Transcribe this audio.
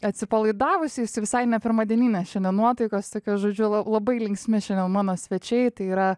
atsipalaidavusiais visai ne pirmadieninės šiandien nuotaikos tokios žodžiu labai linksmi šiandien mano svečiai tai yra